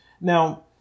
Now